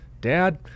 Dad